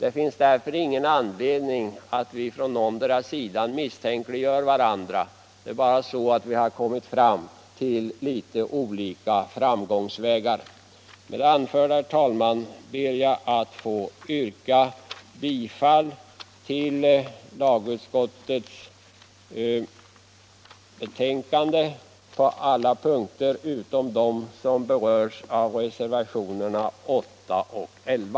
Vi har därför inte på någondera sidan anledning att misstänkliggöra varandra. Det är bara så att vi har hamnat på litet olika framgångsvägar. Med det anförda, herr talman, ber jag att få yrka bifall till lagutskottets hemställan på alla punkter i betänkandet utom de som berörs i reservationerna 8 och 11.